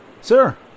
Sir